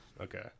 Okay